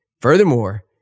Furthermore